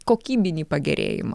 kokybinį pagerėjimą